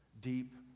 deep